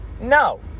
No